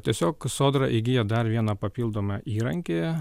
tiesiog sodra įgija dar vieną papildomą įrankį